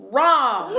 Wrong